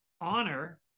honor